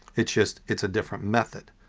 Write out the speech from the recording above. it's just it's a different method.